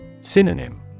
Synonym